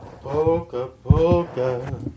Poca-poca